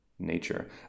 nature